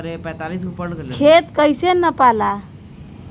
खेत कैसे नपाला?